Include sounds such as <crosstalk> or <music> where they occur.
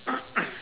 <coughs>